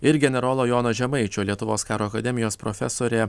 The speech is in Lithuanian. ir generolo jono žemaičio lietuvos karo akademijos profesorė